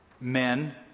men